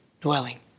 dwelling